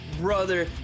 brother